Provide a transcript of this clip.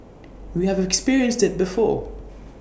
we have experienced IT before